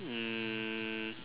um